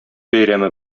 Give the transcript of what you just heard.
бәйрәме